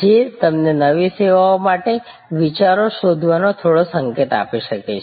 જે તમને નવી સેવાઓ માટેના વિચારો શોધવાનો થોડો સંકેત આપી શકે છે